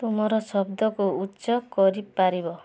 ତୁମର ଶବ୍ଦକୁ ଉଚ୍ଚ କରିପାରିବ